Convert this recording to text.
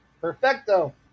Perfecto